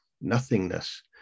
nothingness